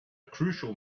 crucial